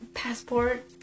passport